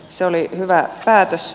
se oli hyvä päätös